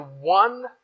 one